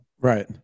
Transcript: right